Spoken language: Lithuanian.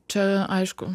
čia aišku